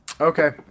Okay